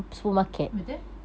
betul